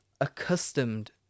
accustomed